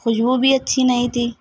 خوشبو بھی اچھی نہیں تھی